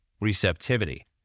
receptivity